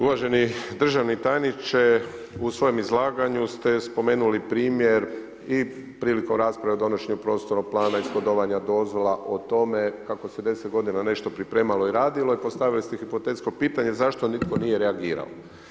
Uvaženi državni tajniče u svojem izlaganju ste spomenuli primjer i prilikom rasprave o donošenju prostornog plana iskohovana dozvola o tome kako se 10 g. nešto pripremalo i radilo i postavili ste hipotetsko pitanje, zašto nitko nije reagirao.